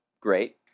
Great